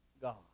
God